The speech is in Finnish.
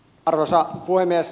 arvoisa puhemies